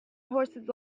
horses